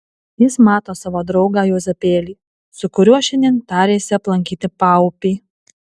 jis mato savo draugą juozapėlį su kuriuo šiandien tarėsi aplankyti paupį